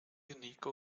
unique